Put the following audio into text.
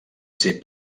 ser